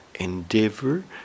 Endeavor